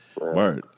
Right